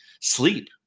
sleep